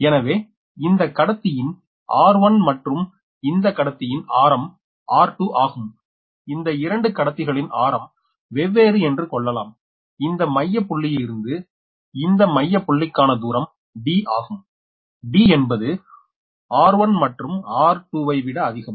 எனவே இந்த கடத்தியின் r1 மற்றும் இந்த கடத்தியின் ஆரம் r2 ஆகும் இந்த இரண்டு கடத்திகளின் ஆரம் வெவ்வேறு என்று கொள்ளலாம் இந்த மைய புள்ளியிலிருந்து இந்த மைய புள்ளிக்கான தூரம் D ஆகும் D என்பது r1 மற்றும் r2 வை விட அதிகம்